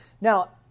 Now